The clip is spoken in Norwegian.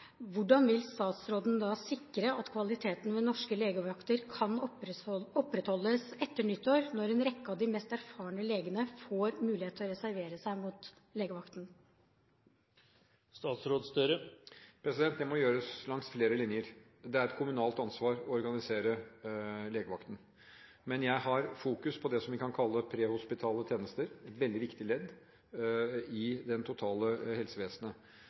hvordan vil statsråden sikre at kvaliteten ved norske legevakter kan opprettholdes etter nyttår, når en rekke av de mest erfarne legene får mulighet til å reservere seg mot legevakten? Det må gjøres langs flere linjer. Det er et kommunalt ansvar å organisere legevakten, men jeg har fokus på det som vi kan kalle prehospitale tjenester. Det er veldig viktige ledd i det totale helsevesenet.